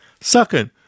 Second